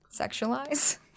sexualize